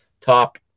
top